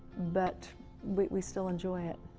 but we still enjoy it.